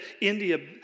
India